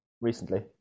recently